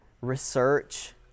research